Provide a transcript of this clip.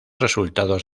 resultados